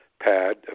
pad